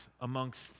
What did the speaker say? amongst